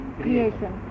creation